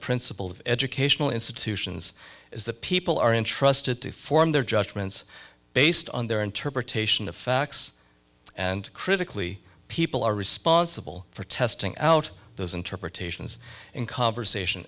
principles of educational institutions is that people are intrusted to form their judgments based on their interpretation of facts and critically people are responsible for testing out those interpretations in conversation